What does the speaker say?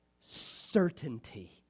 certainty